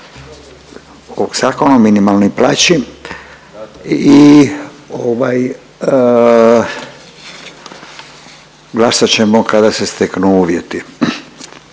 ovog Zakona o minimalnoj plaći i ovaj glasat ćemo kada se steknu uvjeti,